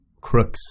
crooks